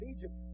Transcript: Egypt